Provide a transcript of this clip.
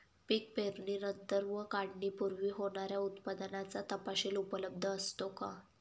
पीक पेरणीनंतर व काढणीपूर्वी होणाऱ्या उत्पादनाचा तपशील उपलब्ध असतो का?